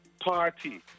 party